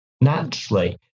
naturally